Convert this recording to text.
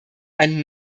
ein